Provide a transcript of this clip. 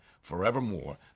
forevermore